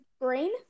green